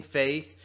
faith